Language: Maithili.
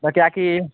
तऽ किएकि